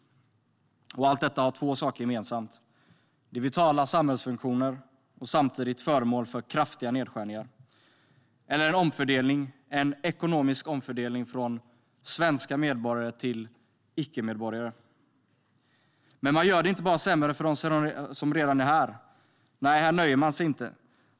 Allt det här har två saker gemensamt: De är vitala samhällsfunktioner och samtidigt föremål för kraftiga nedskärningar. Eller så är de en omfördelning, en ekonomisk omfördelning, från svenska medborgare till icke-medborgare. Men man gör det sämre inte bara för dem som redan är här. Nej, här nöjer man sig inte.